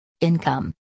Income